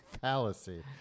fallacy